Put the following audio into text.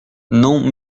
non